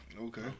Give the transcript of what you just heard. Okay